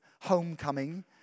homecoming